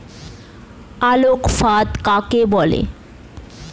আলোক ফাঁদ কাকে বলে?